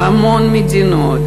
בהמון מדינות: